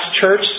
Church